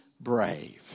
brave